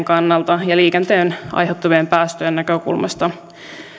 kannalta ja liikenteen aiheuttamien päästöjen näkökulmasta